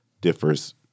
differs